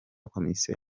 komisiyo